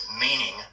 meaning